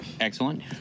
Excellent